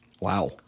Wow